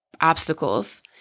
obstacles